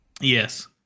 yes